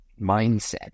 mindset